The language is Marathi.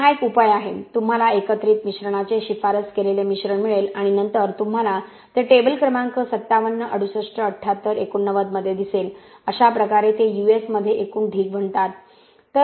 तर हा एक योग्य उपाय आहे तुम्हाला एकत्रित मिश्रणाचे शिफारस केलेले मिश्रण मिळेल आणि नंतर तुम्हाला ते टेबल क्रमांक 57 68 78 89 मध्ये दिसेल अशा प्रकारे ते यूएस मध्ये एकूण ढीग म्हणतात